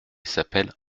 s’appelle